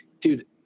dude